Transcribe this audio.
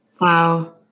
Wow